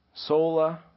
Sola